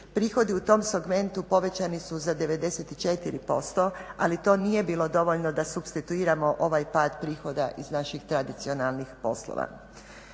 Prihodi u tom segmentu povećani su za 94% ali to nije bilo dovoljno da supstituiramo ovaj pad prihoda iz naših tradicionalnih poslova.